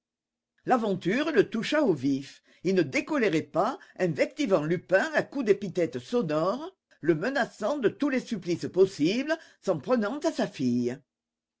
l'aventure le toucha au vif il ne décolérait pas invectivant lupin à coups d'épithètes sonores le menaçant de tous les supplices possibles s'en prenant à sa fille